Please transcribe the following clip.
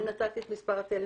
אני נתתי את מספר הטלפון